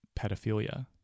pedophilia